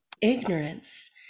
ignorance